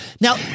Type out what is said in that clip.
now